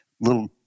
little